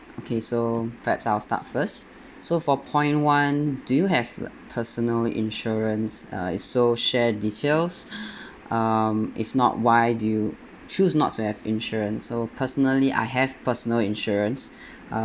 okay so perhaps I'll start first so for point one do you have personal insurance uh if so share details um if not why do you choose not to have insurance so personally I have personal insurance uh